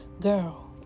girl